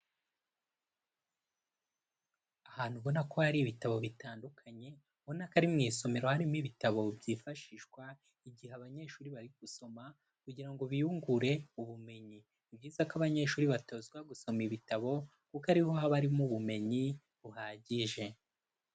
Ahantu ubona ko hari ibitabo bitandukanye ubona ko ari mu isomero harimo ibitabo byifashishwa igihe abanyeshuri bari gusoma kugira ngo biyungure ubumenyi, ni byiza ko abanyeshuri batozwa gusoma ibitabo kuko ariho haba harimo ubumenyi buhagije.